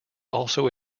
also